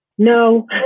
No